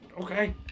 Okay